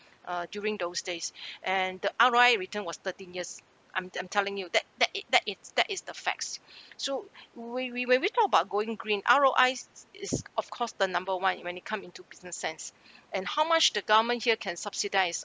uh during those days and the R_O_I return was thirteen years I'm I'm telling you that that it that it's that is the facts so when when we talk about green R_O_Is is of course the number one it when it come into business sense and how much the government here can subsidise